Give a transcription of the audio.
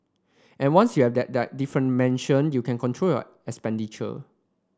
and once you have that that you can control your expenditure